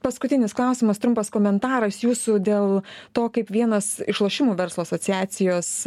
paskutinis klausimas trumpas komentaras jūsų dėl to kaip vienas iš lošimų verslo asociacijos